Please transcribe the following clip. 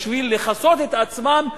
בשביל לכסות את עצמם,